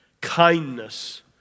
kindness